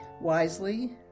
wisely